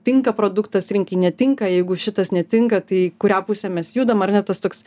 tinka produktas rinkai netinka jeigu šitas netinka tai į kurią pusę mes judam ar ne tas toks